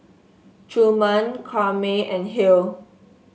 Truman Karyme and Hale